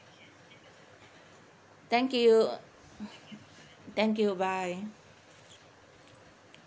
thank you thank you bye